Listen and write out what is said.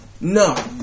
No